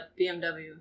BMW